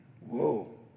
Whoa